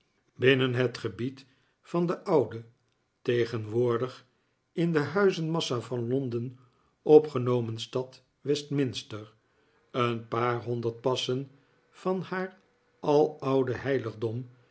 binnen het gebied van de oude tegenwoordig in de huizenmassa van londen opgenomen stad westminster een paar honderd passen van haar aloude heiligdom